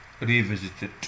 revisited